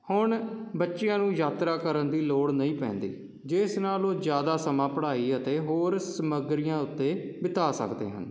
ਹੁਣ ਬੱਚਿਆਂ ਨੂੰ ਯਾਤਰਾ ਕਰਨ ਦੀ ਲੋੜ ਨਹੀਂ ਪੈਂਦੀ ਜਿਸ ਨਾਲ ਉਹ ਜ਼ਿਆਦਾ ਸਮਾਂ ਪੜ੍ਹਾਈ ਅਤੇ ਹੋਰ ਸਮਗਰੀਆਂ ਉੱਤੇ ਬਿਤਾ ਸਕਦੇ ਹਨ